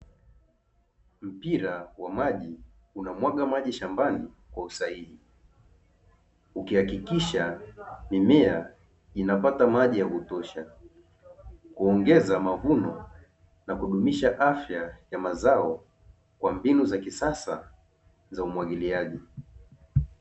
Mpira wa maji unamwaga maji shambani kwa usahihi ukihakikisha mimea inapata maji ya kutosha, kuongeza mavuno na kudumisha afya ya mazao kwa mbinu za kisasa za umwagiliaji.